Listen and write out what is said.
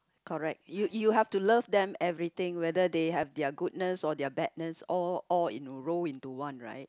correct you you have to love them everything whether they have their goodness or their badness all all in roll into one right